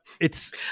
it's-